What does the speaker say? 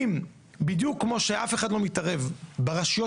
אם בדיוק כמו שאף אחד לא מתערב ברשויות